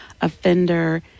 offender